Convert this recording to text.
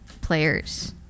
players